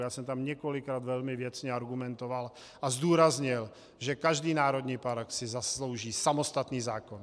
Já jsem tam několikrát velmi věcně argumentoval a zdůraznil, že každý národní park si zaslouží samostatný zákon.